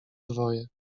dwoje